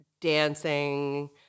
dancing